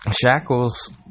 Shackles